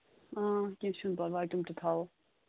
کیٚنہہ چھُنہٕ پَرواے تِم تہِ تھاوَو